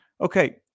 Okay